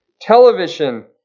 television